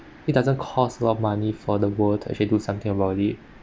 it doesn't cost a lot of money for the world to actually do something about it